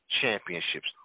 championships